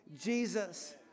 Jesus